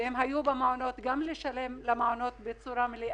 הם צריכים לשלם שכר מעונות מלא